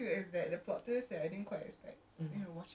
oh I got range